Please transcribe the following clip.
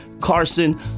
Carson